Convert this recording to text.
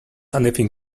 anything